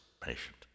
patient